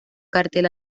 cartel